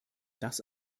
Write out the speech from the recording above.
das